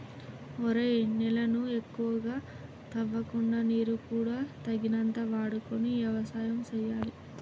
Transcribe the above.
ఒరేయ్ నేలను ఎక్కువగా తవ్వకుండా నీరు కూడా తగినంత వాడుకొని యవసాయం సేయాలి